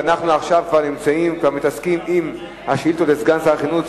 ואנחנו עכשיו כבר מתעסקים עם השאילתות לסגן שר החינוך.